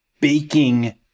baking